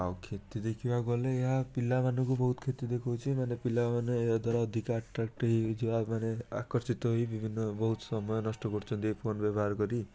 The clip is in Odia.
ଆଉ କ୍ଷତି ଦେଖିବାକୁ ଗଲେ ଏହା ପିଲାମାନଙ୍କୁ ବହୁତ କ୍ଷତି ଦେଖାଉଛି ମାନେ ପିଲାମାନେ ଏହାଦ୍ୱାରା ଅଧିକା ଆଟ୍ରାକ୍ଟିଭ୍ ହେଇଯିବା ୟା ମାନେ ଆକର୍ଷିତ ହେଇ ବିଭିନ୍ନ ବହୁତ ସମୟ ନଷ୍ଟ କରୁଛନ୍ତି ଏଇ ଫୋନ୍ ବ୍ୟବହାର କରି